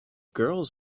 girls